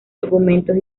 argumentos